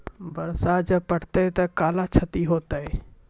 बरसा जा पढ़ते थे कला क्षति हेतै है?